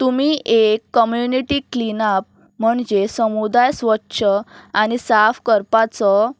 तुमी एक community cleanup म्हणजे समुदाय स्वच्छ आनी साफ करपाचो